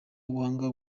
wanga